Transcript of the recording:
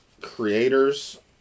creators